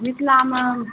मिथिलामे